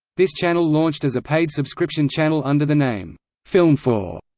this channel launched as a paid subscription channel under the name filmfour,